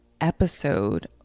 episode